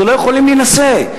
שלא יכולים להינשא.